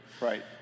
Right